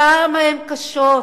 כמה הן קשות,